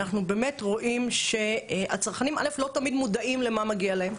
אנחנו באמת רואים שהצרכנים א' לא תמיד מודעים למה מגיע להם.